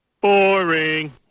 Boring